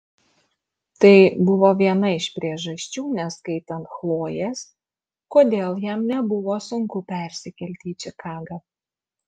tai buvo viena iš priežasčių neskaitant chlojės kodėl jam nebuvo sunku persikelti į čikagą